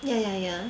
ya ya ya